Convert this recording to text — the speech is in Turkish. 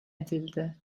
edildi